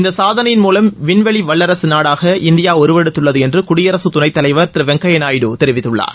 இந்த சாதனையின் மூலம் வின்வெளி வல்லரசு நாடாக இந்தியா உருவெடுத்துள்ளது என்று குடியரசுத் துணைத் தலைவர் திரு வெங்கையா நாயுடு தெரிவித்துள்ளார்